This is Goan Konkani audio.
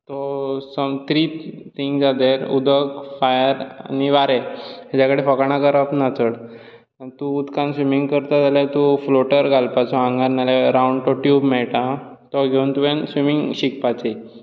थ्री थिंग्स आर देर उदक फायर आनी वारें हाच्या कडेन फकाणां करप ना चड आनी तूं उदकांत स्विमींग करता जाल्यार तूं फ्लोटर घालपाचो आंगार रावंड तो ट्यूब मेळटा तो घेवन तुवें स्विमींग शिकपाचें